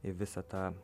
į visą tą